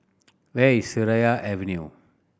where is Seraya Avenue